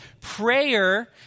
prayer